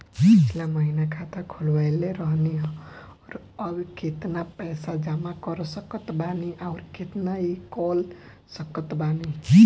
पिछला महीना खाता खोलवैले रहनी ह और अब केतना पैसा जमा कर सकत बानी आउर केतना इ कॉलसकत बानी?